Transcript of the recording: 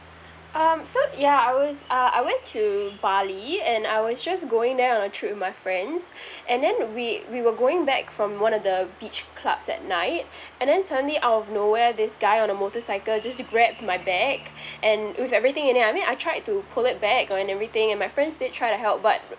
um so yeah I was uh I went to bali and I was just going there on a trip with my friends and then we we were going back from one of the beach clubs at night and then suddenly out of nowhere this guy on the motorcycle just grabbed my bag and with everything in it I mean I tried to pull it back and everything and my friends did try to help but